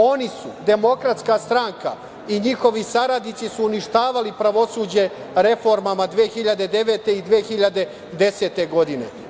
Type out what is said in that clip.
Oni su, Demokratska stranka i njihovi saradnici, uništavali pravosuđe reformama 2009. i 2010. godine.